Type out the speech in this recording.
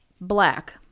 Black